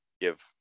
give